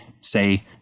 say